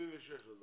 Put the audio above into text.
על ה-276 את מדברת?